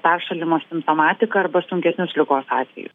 peršalimo simptomatiką arba sunkesnius ligos atvejus